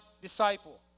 disciple